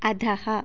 अधः